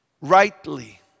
rightly